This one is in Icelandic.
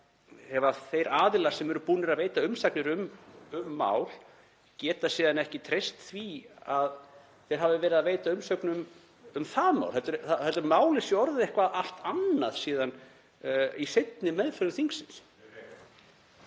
ef þeir aðilar sem eru búnir að veita umsagnir um mál geta síðan ekki treyst því að þeir hafi verið að veita umsögn um það mál heldur að málið sé orðið eitthvert allt annað í seinni meðförum þingsins.